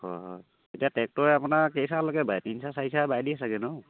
হয় হয় এতিয়া ট্ৰেক্টৰে আপোনাৰ কেই চাহলৈকে বায় তিনি চাহ চাৰি চাহ বাই দিয়ে চাগে নহ্